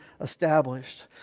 established